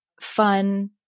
fun